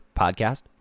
podcast